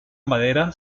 manera